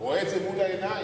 רואה את זה מול העיניים,